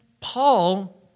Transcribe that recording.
Paul